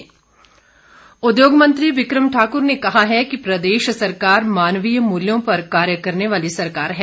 बिक्रम ठाकुर उद्योग मंत्री बिक्रम ठाकुर ने कहा है कि प्रदेश सरकार मानवीय मूल्यों पर कार्य करने वाली सरकार है